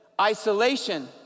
Isolation